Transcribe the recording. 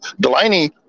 Delaney